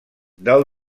del